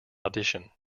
audition